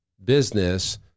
business